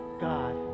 God